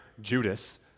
Judas